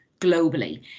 globally